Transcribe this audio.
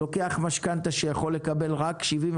אדם שלוקח משכנתה ויכול לקבל מהבנק רק 75%,